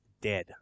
dead